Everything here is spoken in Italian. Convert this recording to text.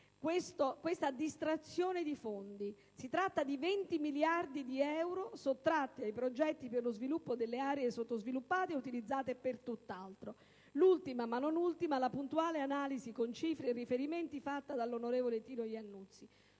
questa distrazione di fondi. Si tratta di 20 miliardi di euro sottratti ai progetti per lo sviluppo delle aree sottoutilizzate e adoperati per tutt'altro: l'ultima, ma non ultima, la puntuale analisi corredata di cifre e riferimenti dell'onorevole Tino Iannuzzi.